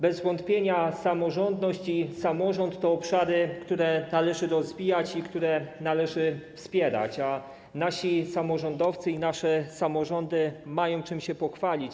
Bez wątpienia samorządność i samorząd to obszary, które należy rozwijać i które należy wspierać, a nasi samorządowcy i nasze samorządy mają się czym pochwalić.